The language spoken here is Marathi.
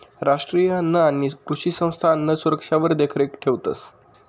राष्ट्रीय अन्न आणि कृषी संस्था अन्नसुरक्षावर देखरेख ठेवतंस